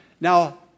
Now